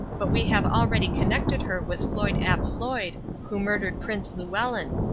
but we have already connected her with floyd-ap-floyd, who murdered prince llewellyn.